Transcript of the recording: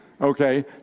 Okay